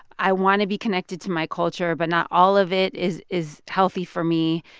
i want to be connected to my culture, but not all of it is is healthy for me.